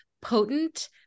potent